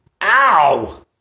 Ow